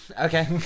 Okay